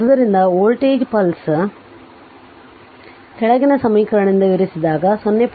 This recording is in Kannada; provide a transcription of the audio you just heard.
ಆದ್ದರಿಂದ ವೋಲ್ಟೇಜ್ ಪಲ್ಸ್ ಕೆಳಗಿನ ಸಮೀಕರಣದಿಂದ ವಿವರಿಸಿದಾಗ 0